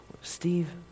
Steve